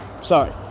Sorry